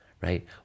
Right